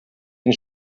den